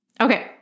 Okay